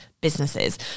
businesses